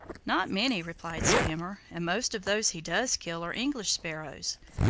not many, replied skimmer, and most of those he does kill are english sparrows.